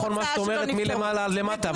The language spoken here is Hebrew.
זה לא נכון מה שאת אומרת, מלמעלה עד למטה.